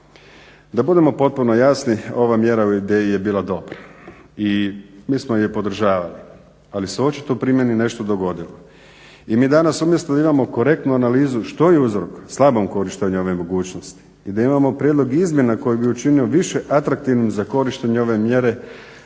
Da budemo potpuno jasni, ova mjera o ideji je bila dobra i mi smo je podržali, ali se očito u primjeni nešto dogodili i mi danas umjesto da imamo korektnu analizu što je uzrok slabom korištenju ove mogućnosti i da imamo prijedlog izmjena koji bi učinio više atraktivnim za korištenjem ove mjere